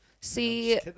See